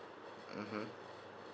mmhmm